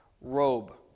robe